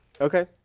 Okay